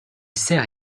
sert